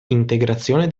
integrazione